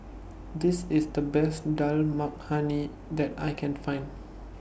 This IS The Best Dal Makhani that I Can Find